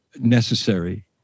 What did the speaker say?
necessary